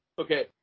Okay